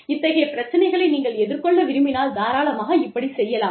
இத்தகைய பிரச்சனைகளை நீங்கள் எதிர்கொள்ள விரும்பினால் தாராளமாக இப்படி செய்யலாம்